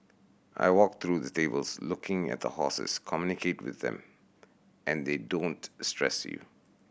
I walk through the tables looking at the horses communicate with them and they don't stress you